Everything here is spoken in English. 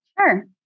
Sure